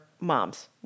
moms